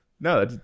No